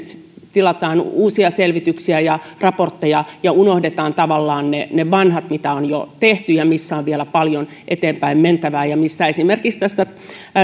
tilataan uusia selvityksiä ja raportteja ja unohdetaan tavallaan ne ne vanhat mitä on jo tehty ja missä on vielä paljon eteenpäin mentävää esimerkiksi